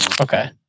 Okay